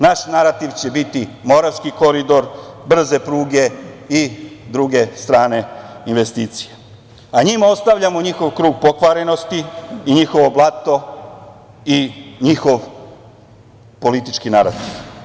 Naš narativ će biti Moravski koridor, brze pruge i druge strane investicije, a njima ostavljamo njihov krug pokvarenosti i njihovo blato i njihov politički narativ.